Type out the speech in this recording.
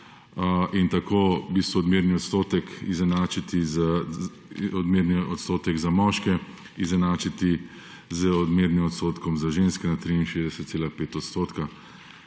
in tako v bistvu odmerni odstotek za moške izenačiti z odmernim odstotkom za ženske na 63,5 %.